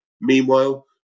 Meanwhile